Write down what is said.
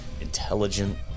intelligent